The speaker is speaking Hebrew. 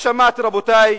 שמעתי, רבותי,